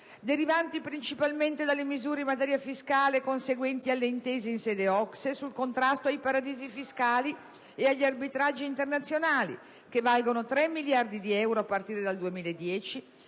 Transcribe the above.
derivanti principalmente dalle misure in materia fiscale conseguenti alle intese in sede OCSE sul contrasto ai paradisi fiscali ed agli arbitraggi internazionali - che valgono circa 3 miliardi di euro a partire dal 2010